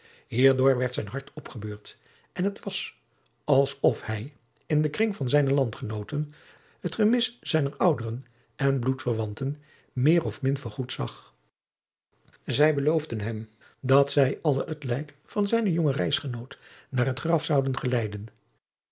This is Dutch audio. door werd zijn hart opgebeurd en het was als of hij in den kring van zijne landgenooten het gemis zijner ouderen en bloedverwanten meer of min vergoed zag zij beloofden hem dat zij alle het lijk van zijnen jongen reisgenoot naar het graf zouden geleiden